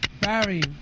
Barry